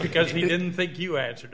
because you didn't think you answer